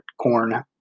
corn